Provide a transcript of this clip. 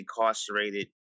incarcerated